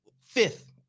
fifth